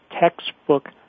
textbook